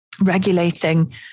regulating